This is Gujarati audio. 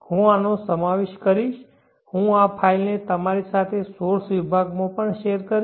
હું આનો સમાવેશ કરીશ હું આ ફાઇલને તમારી સાથે સોર્સ વિભાગમાં પણ શેર કરીશ